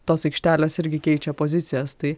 tos aikštelės irgi keičia pozicijas tai